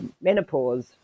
menopause